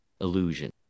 illusion